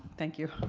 thank you.